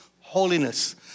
holiness